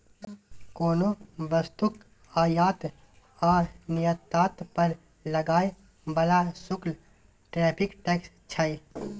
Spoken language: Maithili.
कोनो वस्तुक आयात आ निर्यात पर लागय बला शुल्क टैरिफ टैक्स छै